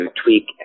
tweak